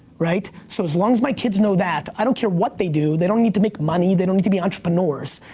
right? so as long as my kids know that, i don't care what they do. they don't need to make money. they don't need to be entrepreneurs,